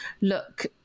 look